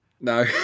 No